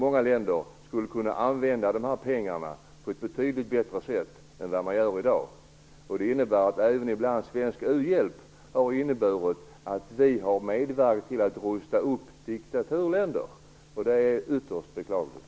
Många länder skulle kunna använda pengarna på ett betydligt bättre sätt än vad de gör i dag. Det innebär att även svensk u-hjälp ibland har medfört att Sverige har hjälpt till att rusta upp diktaturländer. Detta är ytterst beklagligt.